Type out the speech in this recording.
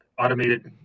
Automated